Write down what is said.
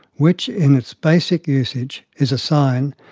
which in its basic usage is a sign,